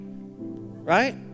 Right